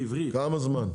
כמה זמן?